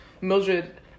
Mildred